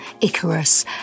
Icarus